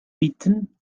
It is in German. bitten